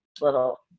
little